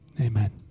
amen